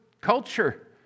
culture